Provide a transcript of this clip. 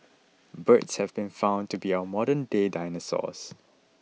birds have been found to be our modernday dinosaurs